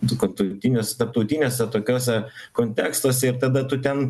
dukart tolitinės tarptautiniuose tokiuose kontekstuose ir tada tu ten